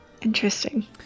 Interesting